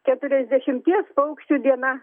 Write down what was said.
keturiasdešimties paukščių diena